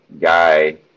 guy